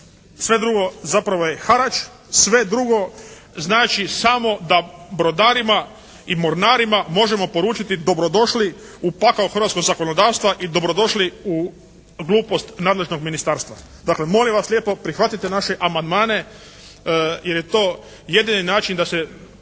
Sve drugo zapravo je harač, sve drugo znači samo da brodarima i mornarima možemo poručiti, dobrodošli u pakao hrvatskog zakonodavstva i dobrodošli u glupost nadležnog ministarstva. Dakle, molim vas lijepo prihvatite naše amandmane jer je to jedini način da se